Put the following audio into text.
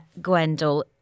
Gwendol